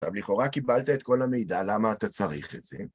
עכשיו, לכאורה קיבלת את כל המידע, למה אתה צריך את זה?